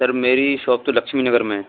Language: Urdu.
سر میری شاپ تو لکشمی نگر میں ہے